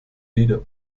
lieder